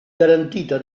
garantita